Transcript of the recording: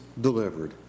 delivered